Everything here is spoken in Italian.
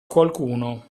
qualcuno